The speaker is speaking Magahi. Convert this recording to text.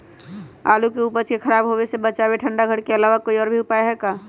आलू के उपज के खराब होवे से बचाबे ठंडा घर के अलावा कोई और भी उपाय है का?